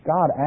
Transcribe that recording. God